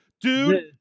Dude